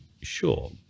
sure